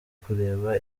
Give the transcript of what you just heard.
kureba